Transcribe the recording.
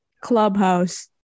Clubhouse